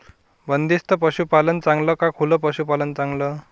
बंदिस्त पशूपालन चांगलं का खुलं पशूपालन चांगलं?